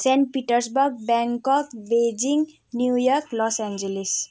saint Petersburg Bangkok Beijing New York Los Angeles